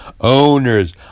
Owners